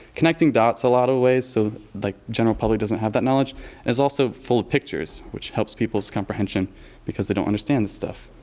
connecting dots a lot of ways. so, the general public doesn't have that knowledge and it's also full of pictures which helps people's comprehension because they don't understand the stuff.